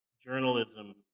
journalism